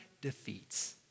defeats